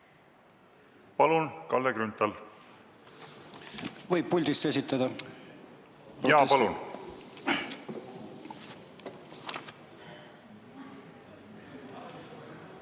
Palun, Kalle Grünthal! Võib puldist esitada? Jaa, palun!